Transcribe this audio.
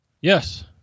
Yes